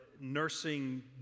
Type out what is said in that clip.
nursing